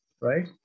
Right